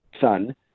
son